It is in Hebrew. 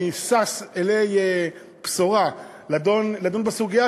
אני שש אלי בשורה לדון בסוגיה,